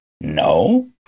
No